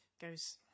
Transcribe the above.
Goes